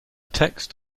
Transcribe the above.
text